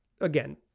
again